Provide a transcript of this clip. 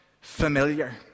familiar